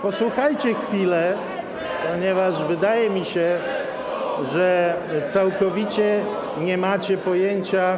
Posłuchajcie chwilę, ponieważ wydaje mi się, że całkowicie nie macie pojęcia,